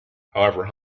however